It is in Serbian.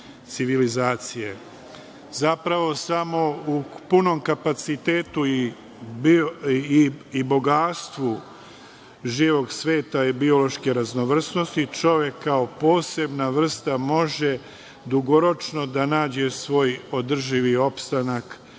civilizacije. Zapravo, samo u punom kapacitetu i bogatstvu živog sveta i biološke raznovrsnosti čovek kao posebna vrsta može dugoročno da nađe svoj održivi opstanak